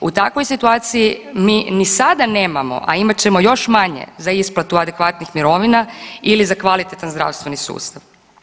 Tu takvoj situaciji mi ni sada nemamo, a imat ćemo još manje za isplatu adekvatnih mirovina ili za kvalitetan zdravstveni sustav.